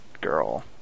girl